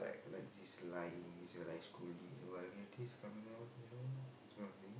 like just lying just like scolding vulgarities coming out you know this kind of thing